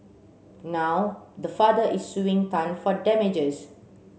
now the father is suing Tan for damages